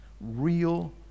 real